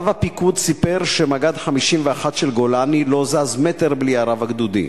רב הפיקוד סיפר שמג"ד 51 של גולני לא זז מטר בלי הרב הגדודי.